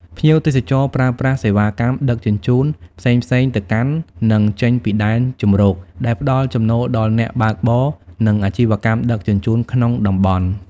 ភ្ញៀវទេសចរប្រើប្រាស់ សេវាកម្មដឹកជញ្ជូនផ្សេងៗទៅកាន់ និងចេញពីដែនជម្រក ដែលផ្តល់ចំណូលដល់អ្នកបើកបរ និងអាជីវកម្មដឹកជញ្ជូនក្នុងតំបន់។